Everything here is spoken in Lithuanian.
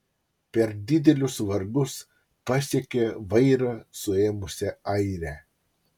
per didelius vargus pasiekė vairą suėmusią airę